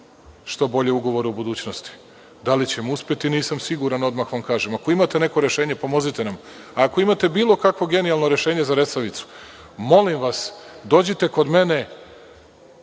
što bolje ugovore u budućnosti. Da li ćemo uspeti, nisam siguran, odmah da vam kažem. Ako imate neko rešenje, pomozite nam. Ako imate bilo kakvo genijalno rešenje za Resavicu, molim vas dođite kod mene,